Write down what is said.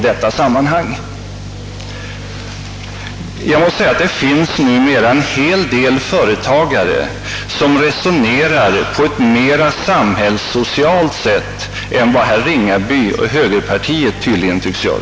Det finns numera en hel del företagare som resonerar på ett mera samhällssocialt sätt än herr Ringaby och högerpartiet tydligen gör.